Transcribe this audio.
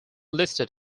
listed